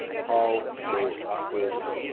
how to quit